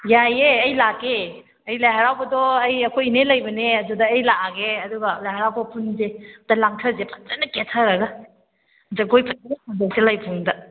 ꯌꯥꯏꯌꯦ ꯑꯩ ꯂꯥꯛꯀꯦ ꯑꯩ ꯂꯥꯏ ꯍꯔꯥꯎꯕꯗꯣ ꯑꯩ ꯑꯩꯈꯣꯏ ꯏꯅꯦ ꯂꯩꯕꯅꯦ ꯑꯗꯨꯗ ꯑꯩ ꯂꯥꯛꯑꯒꯦ ꯑꯗꯨꯒ ꯂꯥꯏ ꯍꯔꯥꯎꯕ ꯄꯨꯟꯁꯦ ꯑꯝꯇ ꯂꯥꯡꯊꯁꯦ ꯐꯖꯅ ꯀꯦꯊꯔꯒ ꯖꯒꯣꯏ ꯐꯖꯅ ꯁꯥꯗꯣꯛꯁꯤ ꯂꯩꯇ꯭ꯔꯤꯉꯩꯗ